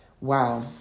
Wow